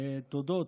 לתודות,